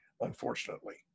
unfortunately